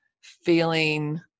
feeling